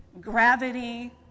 gravity